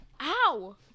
Ow